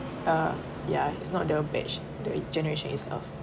uh yeah it's not the batch the generation itself